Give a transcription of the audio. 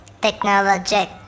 technologic